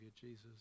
Jesus